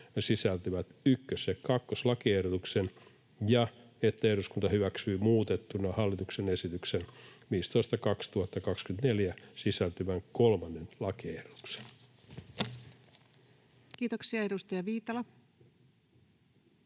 sisältyvät 1. ja 2. lakiehdotuksen ja että eduskunta hyväksyy muutettuna hallituksen esitykseen 15/2024 sisältyvän 3. lakiehdotuksen. [Speech 189]